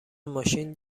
ماشین